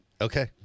Okay